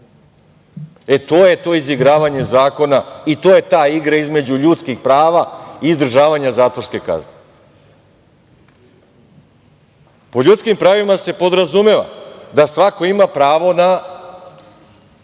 E, to je to izigravanje zakona i to je ta igra između ljudskih prava i izdržavanja zatvorske kazne. Pod ljudskim pravima se podrazumeva da svako ima pravo na